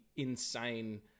insane